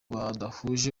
badahuje